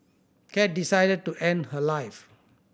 cat decided to end her life